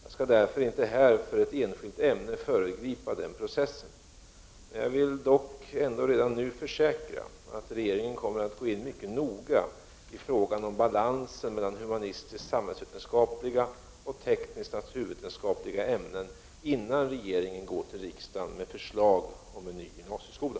Jag skall därför inte här för ett enskilt ämne föregripa den processen. Jag vill dock ändå redan nu försäkra att regeringen kommer att gå in mycket noga i frågan om balansen mellan humanistisk-samhällsvetenskapliga och teknisk-naturvetenskapliga ämnen, innan regeringen går till riksdagen med förslag om en ny gymnasieskola.